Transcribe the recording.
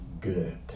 good